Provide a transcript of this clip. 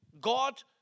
God